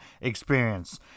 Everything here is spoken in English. experience